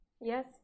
yes